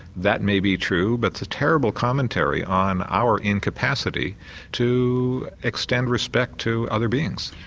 that may be true but it's a terrible commentary on our incapacity to extend respect to other beings.